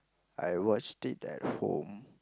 I watched it at home